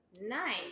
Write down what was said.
Nice